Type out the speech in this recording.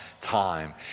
time